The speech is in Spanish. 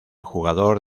jugador